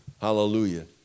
Hallelujah